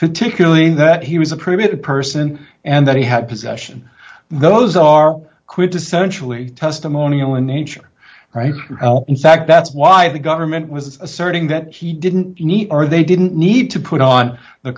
particularly that he was a primitive person and that he had possession those are quintessential a testimonial in nature in fact that's why the government was asserting that he didn't need or they didn't need to put on the